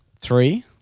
Three